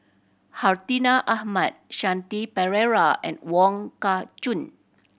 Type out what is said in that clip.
Hartinah Ahmad Shanti Pereira and Wong Kah Chun